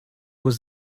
was